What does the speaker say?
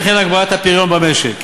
וכן הגברת הפריון במשק.